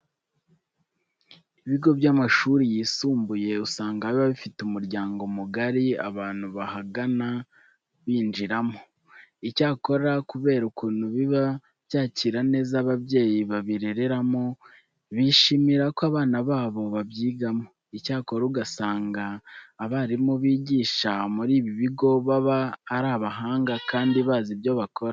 Ibigo by'amashuri yisumbuye usanga biba bifite umuryango mugari abantu bahagana binjiriramo. Icyakora kubera ukuntu biba byakira neza ababyeyi babirereramo, bishimira ko abana babo babyigamo. Icyakora usanga abarimu bigisha muri ibi bigo baba ari abahanga kandi bazi ibyo bakora.